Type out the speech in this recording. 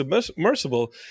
submersible